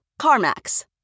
CarMax